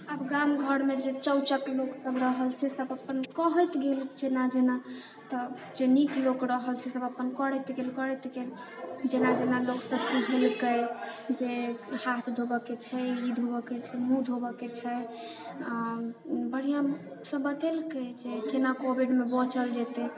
आब गाम घरमे जे चौँचक लोकसभ रहल सेसभ अपन कहैत गेल जेना जेना तऽ जे नीक लोक रहल सेसभ अपन करैत गेल करैत गेल जेना जेना लोकसभ बुझलकै जे हाथ धोबयके छै ई धोबयके छै मुँह धोबयके छै आ बढ़िआँसँ बतेलकै जे केना कोविडमे बचल जेतै